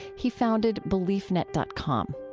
he founded beliefnet dot com.